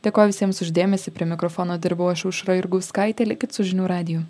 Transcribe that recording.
dėkoju visiems už dėmesį prie mikrofono dirbau aš aušra jurgauskaitė likit su žinių radiju